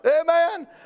Amen